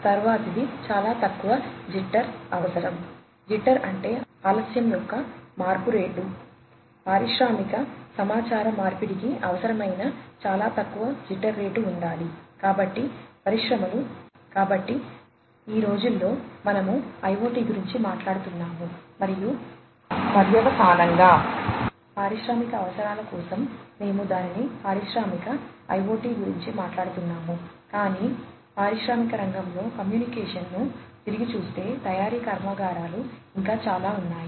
తరువాతిది చాలా తక్కువ జిట్టర్ గురించి మాట్లాడుతున్నాము కాని పారిశ్రామిక రంగంలో కమ్యూనికేషన్ను తిరిగి చూస్తే తయారీ కర్మాగారాలు ఇంకా చాలా ఉన్నాయి